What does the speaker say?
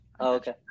okay